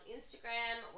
Instagram